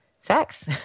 sex